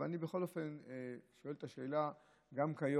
אבל אני בכל אופן שואל את השאלה גם כיום: